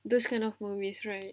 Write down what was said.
those kind of movies right